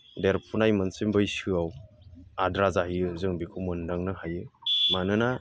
देरफुनाय मोनसे बैसोआव आद्रा जायो जों बेखौ मोन्दांनो हायो मानोना